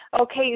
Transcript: Okay